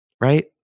Right